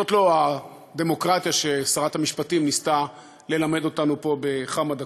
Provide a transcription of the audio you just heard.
זאת לא הדמוקרטיה ששרת המשפטים ניסתה ללמד אותנו פה בכמה דקות.